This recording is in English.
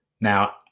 Now